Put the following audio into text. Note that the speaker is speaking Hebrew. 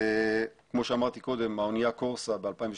כמו שאמרתי קודם, האונייה קורסה ב-2012.